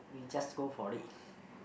we just go for it